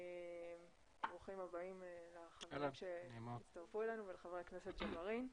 ברוכים הבאים לחברים שהצטרפו אלינו ולחבר הכנסת ג'בארין.